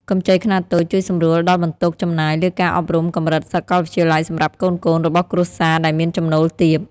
កម្ចីខ្នាតតូចជួយសម្រួលដល់បន្ទុកចំណាយលើការអប់រំកម្រិតសកលវិទ្យាល័យសម្រាប់កូនៗរបស់គ្រួសារដែលមានចំណូលទាប។